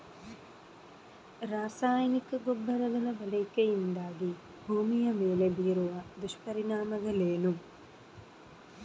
ರಾಸಾಯನಿಕ ಗೊಬ್ಬರಗಳ ಬಳಕೆಯಿಂದಾಗಿ ಭೂಮಿಯ ಮೇಲೆ ಬೀರುವ ದುಷ್ಪರಿಣಾಮಗಳೇನು?